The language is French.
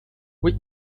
oui